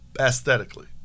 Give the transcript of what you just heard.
aesthetically